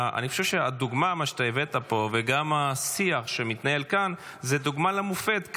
אני חושב שהדוגמה שהבאת פה וגם השיח שמתנהל כאן הם דוגמה ומופת.